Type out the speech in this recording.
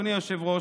אדוני היושב-ראש,